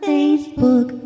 Facebook